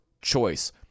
choice